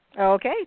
Okay